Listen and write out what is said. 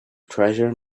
treasure